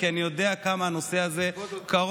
כי אני יודע כמה הנושא הזה קרוב,